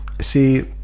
See